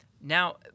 Now